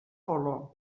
polo